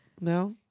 No